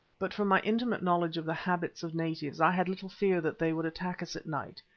but from my intimate knowledge of the habits of natives i had little fear that they would attack us at night,